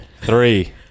three